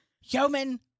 Human